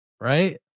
Right